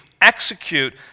execute